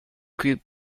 group